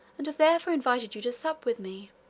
and have therefore invited you to sup with me